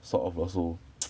sort of also